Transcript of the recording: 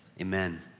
Amen